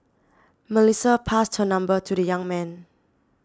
Melissa passed her number to the young man